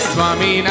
Swami